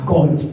God